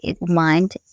mind